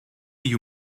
you